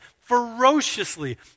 ferociously